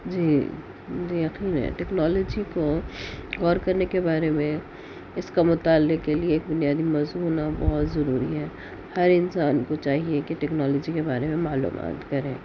جی جی یقین ہے ٹیکنالوجی کو غور کرنے کے بارے میں اس کا مطالعے کے لئے ایک بنیادی مضمون ہونا بہت ضروری ہے ہر انسان کو چاہیے کہ ٹیکنالوجی کے بارے میں معلومات کرے